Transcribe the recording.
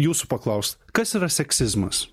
jūsų paklaust kas yra seksizmas